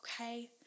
Okay